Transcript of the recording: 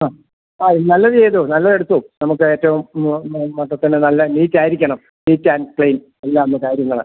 ആ അത് നല്ല ചെയ്തോ നല്ലതെടുത്തോ നമുക്കേറ്റവും ഇന്ന് നമ്മൾ മൊത്തത്തിൽ നല്ല നീറ്റ് ആയിരിക്കണം നീറ്റ് ആൻഡ് ക്ലീൻ എല്ലാം ഇന്ന് കാര്യങ്ങൾ